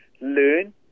Learn